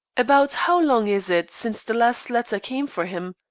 about how long is it since the last letter came for him?